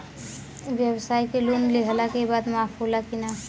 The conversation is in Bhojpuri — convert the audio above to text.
ब्यवसाय के लोन लेहला के बाद माफ़ होला की ना?